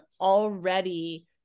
already